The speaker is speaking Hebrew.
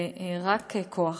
ורק כוח.